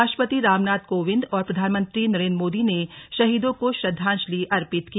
राष्ट्रपति रामनाथ कोविंद और प्रधानमंत्री नरेन्द्र मोदी ने शहीदों को श्रद्वांजलि अर्पित की